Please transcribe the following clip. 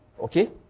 Okay